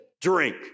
drink